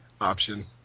option